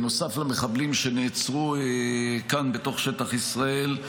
נוסף על המחבלים שנעצרו כאן בתוך שטח ישראל,